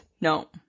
No